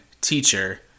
teacher